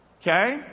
Okay